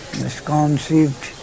misconceived